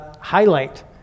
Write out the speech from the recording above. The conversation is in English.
highlight